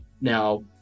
now